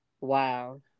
wow